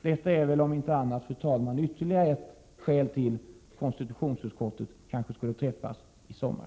Detta är väl om inte annat, fru talman, ytterligare skäl till att konstitutionsutskottet sammanträder i sommar.